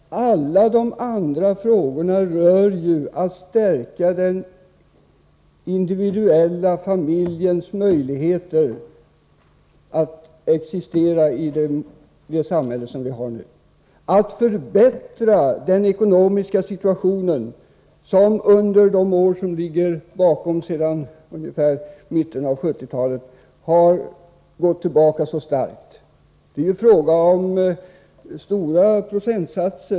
Alla de andra åtgärderna syftar ju till att stärka den individuella familjens möjligheter att existera i det samhälle som vi har nu. De syftar till att förbättra familjernas ekonomiska situation, som sedan 1970-talet starkt försämrats.